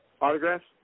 autographs